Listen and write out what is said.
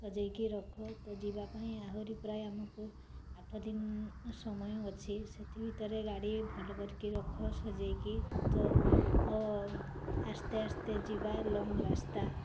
ସଜେଇକି ରଖ ତ ଯିବାପାଇଁ ଆହୁରି ପ୍ରାୟ ଆମକୁ ଆଠଦିନ ସମୟ ଅଛି ସେଥି ଭିତରେ ଗାଡ଼ି ଭଲ କରିକି ରଖ ସଜେଇକି ତ ଆସ୍ତେ ଆସ୍ତେ ଯିବା ଲଙ୍ଗ୍ ରାସ୍ତା